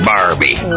Barbie